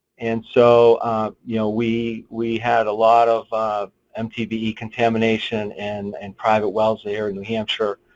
and so you know we we had a lot of mtbe contamination and and private wells here in new hampshire.